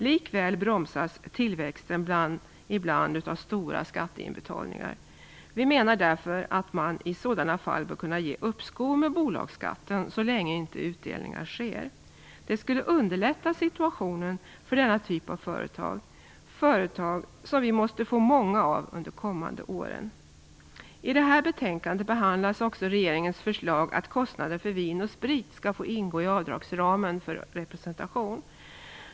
Likväl bromsas tillväxten ibland av stora skatteinbetalningar. Vi menar därför att man i sådana fall bör kunna ge uppskov med bolagsskatten så länge inte utdelningar sker. Det skulle underlätta situationen för denna typ av företag - vi måste få många sådana företag under de kommande åren. I detta betänkande behandlas också regeringens förslag att kostnader för vin och sprit skall få ingå i avdragsramen för representation.